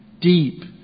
deep